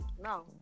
No